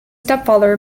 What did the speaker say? stepfather